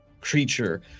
creature